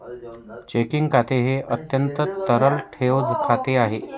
checking खाते हे अत्यंत तरल ठेव खाते आहे